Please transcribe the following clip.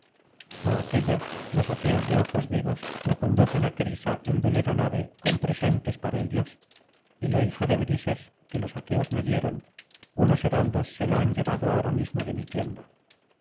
aquélla los aqueos de ojos vivos la conducen á crisa en velera nave con pres intes para el dios y á la hija de brises que los aqueos me dieron unos heraldos se la han llevado ahora mismo de mi tienda